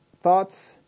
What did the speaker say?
thoughts